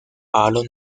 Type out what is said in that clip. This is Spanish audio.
pablo